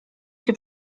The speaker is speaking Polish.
się